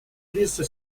кризиса